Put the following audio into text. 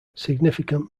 significant